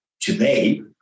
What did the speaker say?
today